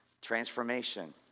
transformation